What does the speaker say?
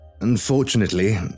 Unfortunately